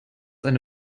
eine